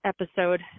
episode